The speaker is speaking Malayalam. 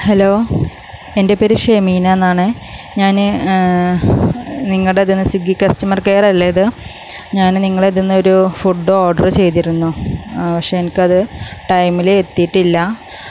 ഹലോ എൻ്റെ പേര് ഷമീന എന്നാണ് ഞാൻ നിങ്ങളുടെ ഇതിൽ നിന്ന് സ്വിഗ്ഗി കസ്റ്റമർ കെയർ അല്ലെ ഇത് ഞാൻ നിങ്ങളെ ഇതിൽ നിന്നൊരു ഫുഡ് ഓർഡർ ചെയ്തിരുന്നു പക്ഷെ എനിക്കത് ടൈമിൽ എത്തിയിട്ടില്ല